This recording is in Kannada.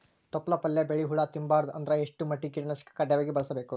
ತೊಪ್ಲ ಪಲ್ಯ ಬೆಳಿ ಹುಳ ತಿಂಬಾರದ ಅಂದ್ರ ಎಷ್ಟ ಮಟ್ಟಿಗ ಕೀಟನಾಶಕ ಕಡ್ಡಾಯವಾಗಿ ಬಳಸಬೇಕು?